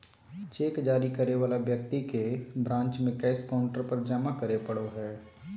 cheque जारी करे वाला व्यक्ति के ब्रांच में कैश काउंटर पर जमा करे पड़ो हइ